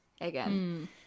again